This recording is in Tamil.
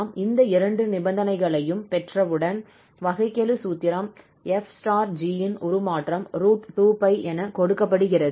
நாம் இந்த இரண்டு நிபந்தனைகளையும் பெற்றவுடன் வகைக்கெழு சூத்திரம் 𝑓 ∗ 𝑔 இன் உருமாற்றம் √2𝜋 என கொடுக்கப்படுகிறது